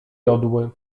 jodły